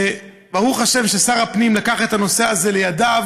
וברוך השם ששר הפנים לקח את הנושא הזה לידיו